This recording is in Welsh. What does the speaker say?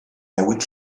newid